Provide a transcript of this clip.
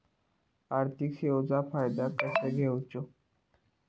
आर्थिक सेवाचो फायदो कसो घेवचो?